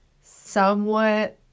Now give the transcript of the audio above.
somewhat